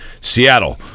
Seattle